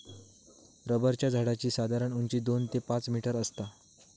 रबराच्या झाडाची साधारण उंची दोन ते पाच मीटर आसता